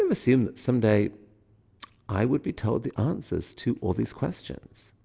um so um that some day i would be told the answers to all these questions.